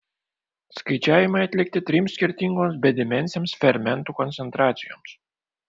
skaičiavimai atlikti trims skirtingoms bedimensėms fermentų koncentracijoms